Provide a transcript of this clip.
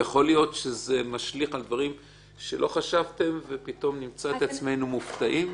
יכול להיות שזה משליך על דברים שלא חשבתם ופתאום נמצא את עצמנו מופתעים?